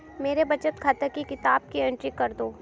मेरे बचत खाते की किताब की एंट्री कर दो?